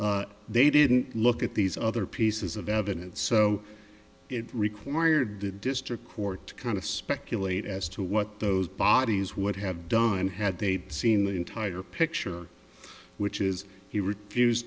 charge they didn't look at these other pieces of evidence so it required the district court to kind of speculate as to what those bodies would have done had they seen the entire picture which is he refused